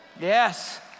Yes